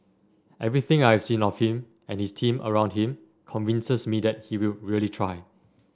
everything I have seen of him and his team around him convinces me that he will really try